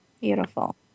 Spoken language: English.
beautiful